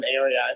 area